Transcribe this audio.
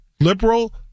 liberal